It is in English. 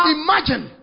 imagine